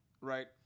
right